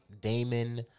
Damon